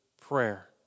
prayer